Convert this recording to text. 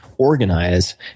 organize